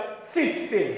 system